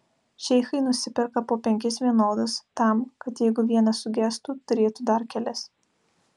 šeichai nusiperka po penkis vienodus tam kad jeigu vienas sugestų turėtų dar kelis